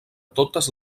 totes